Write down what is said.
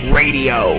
radio